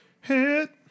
hit